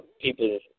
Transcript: people